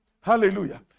Hallelujah